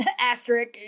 Asterisk